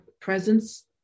presence